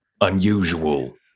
unusual